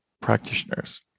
practitioners